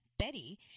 Betty